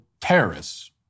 terrorists